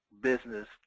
business